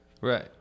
right